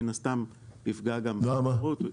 מן הסתם יפגע גם בתחרות.